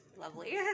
Lovely